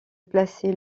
placer